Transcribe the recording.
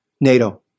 NATO